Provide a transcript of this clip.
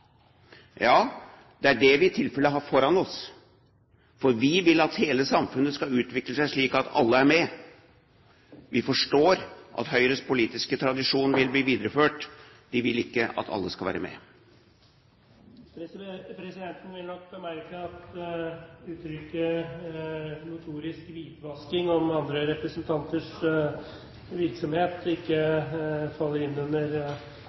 Ja, det er det vi i tilfellet har foran oss, for vi vil at hele samfunnet skal utvikle seg slik at alle er med. Vi forstår at Høyres politiske tradisjon vil bli videreført: De vil ikke at alle skal være med. Presidenten vil bemerke at uttrykket «notorisk hvitvasking» om andre representanters virksomhet ikke faller inn under